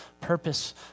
purpose